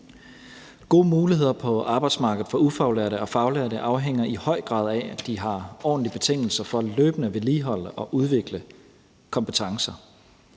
Gode muligheder på arbejdsmarkedet for ufaglærte og faglærte afhænger i høj grad af, at de har ordentlige betingelser for løbende at vedligeholde og udvikle kompetencer.